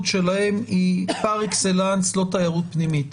שלהם היא פר-אקסלנס לא תיירות פנימית.